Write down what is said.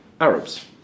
Arabs